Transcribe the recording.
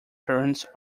parents